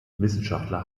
wissenschaftler